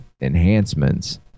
enhancements